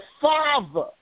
father